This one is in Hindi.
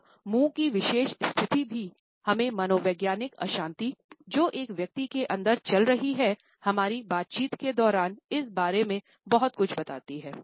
यह मुंह की विशेष स्थिति भी हमें मनोवैज्ञानिक अशांति जो एक व्यक्ति के अंदर चल रही हैं हमारी बातचीत के दौरान इस बारे में बहुत कुछ बताती है